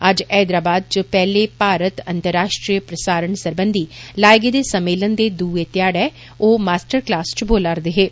अज्ज हैदराबाद च पैहले भारत अंतर्राश्ट्रीय प्रसारण सरबंधी लाए गेदे सम्मेलन दे दुए ध्याड़ै ओ मास्टर क्लास च बोलदे हे